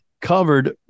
covered